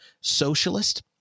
socialist